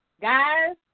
guys